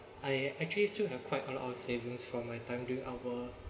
I actually still have quite a lot of savings from my time during our